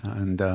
and